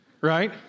right